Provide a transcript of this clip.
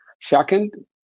Second